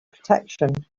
protection